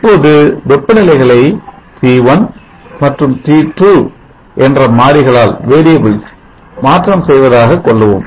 இப்போது வெப்ப நிலைகளை T1 மற்றும் T2 என்ற மாறிகளால் மாற்றம் செய்வதாக கொள்ளவும்